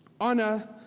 Honor